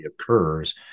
occurs